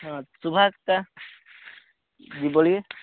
हाँ सुबह का जी बोलिए